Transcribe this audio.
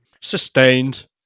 Sustained